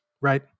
right